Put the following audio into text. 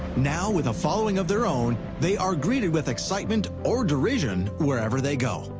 now, with a following of their own, they are greeted with excitement or derision wherever they go.